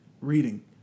reading